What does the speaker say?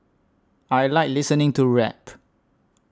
I like listening to rap